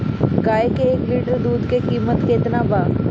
गाय के एक लिटर दूध के कीमत केतना बा?